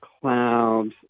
clouds